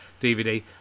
DVD